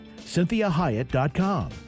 CynthiaHyatt.com